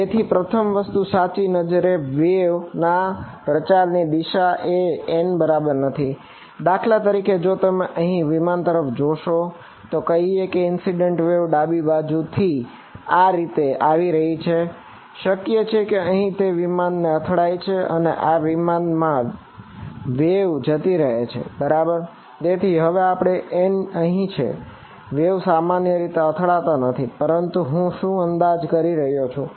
તેથી પ્રથમ વસ્તુ સાચી નથી જયારે વેવ સામાન્ય રીતે અથડાતી નથી પરંતુ હું શું અંદાજ કરી રહ્યો છું